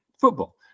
football